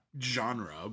Genre